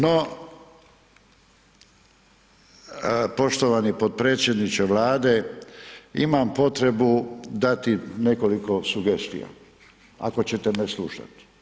No, poštovani potpredsjedniče Vlade imam potrebu dati nekoliko sugestija, ako ćete me slušati.